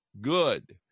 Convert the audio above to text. good